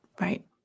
Right